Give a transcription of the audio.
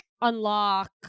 unlock